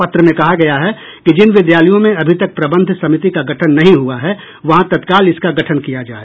पत्र में कहा गया है कि जिन विद्यालयों में अभी तक प्रबंध समिति का गठन नहीं हुआ है वहाँ तत्काल इसका गठन किया जाए